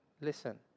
Listen